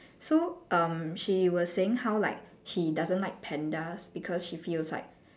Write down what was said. so um she was saying how like she doesn't like pandas because she feels like